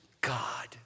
God